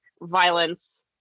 violence